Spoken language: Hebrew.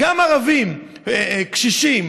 גם ערבים קשישים,